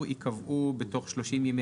אני מציע שייקבע תוך 30 יום